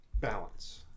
balance